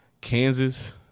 Kansas